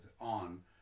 on